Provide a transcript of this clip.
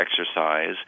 exercise